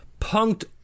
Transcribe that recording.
punked